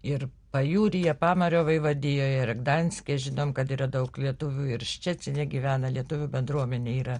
ir pajūryje pamario vaivadijoje ir gdanske žinom kad yra daug lietuvių ir ščecine gyvena lietuvių bendruomenė yra